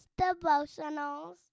devotionals